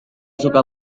suka